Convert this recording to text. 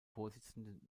vorsitzenden